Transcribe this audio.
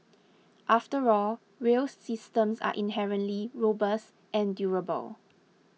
after all rail systems are inherently robust and durable